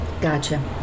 Gotcha